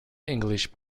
english